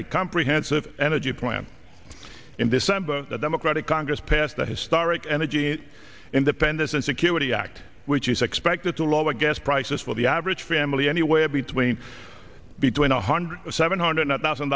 a comprehensive energy plan in this amber a democratic congress passed the historic energy independence and security act which is expected to lower gas prices for the average family anywhere between between a hundred to seven hundred thousand